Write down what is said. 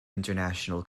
international